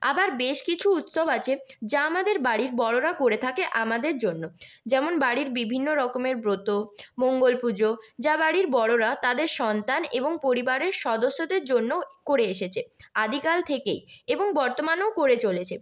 আবার বেশ কিছু উৎসব আছে যা আমাদের বাড়ির বড়রা করে থাকে আমাদের জন্য যেমন বাড়ির বিভিন্ন রকমের ব্রত মঙ্গল পুজো যা বাড়ির বড়রা তাদের সন্তান এবং পরিবারের সদস্যদের জন্য করে এসেছে আদিকাল থেকেই এবং বর্তমানেও করে চলেছে